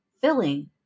filling